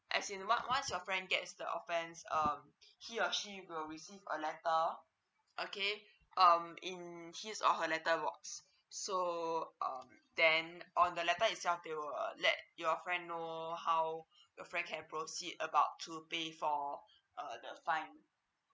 as in what once your friend gets the offence uh he or she will receive a letter okay um in his or her letter works so um then on the letter itself they will let your friend know how your friend can proceed about to pay for uh the fine